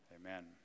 Amen